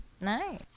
Nice